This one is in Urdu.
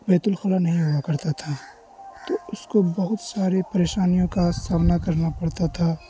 بیت الخلا نہیں ہوا کرتا تھا تو اس کو بہت ساری پریشانیوں کا سامنا کرنا پڑتا تھا